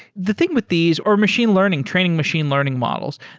the thing with these or machine learning, training machine learning models.